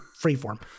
freeform